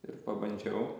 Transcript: ir pabandžiau